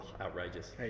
Outrageous